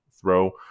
throw